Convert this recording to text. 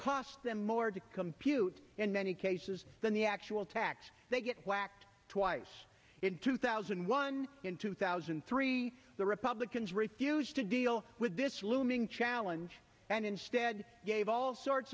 cost them more to compute in many cases than the actual tax they get whacked twice in two thousand and one in two thousand and three the republicans refused to do with this looming challenge and instead gave all sorts